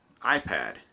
iPad